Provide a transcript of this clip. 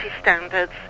standards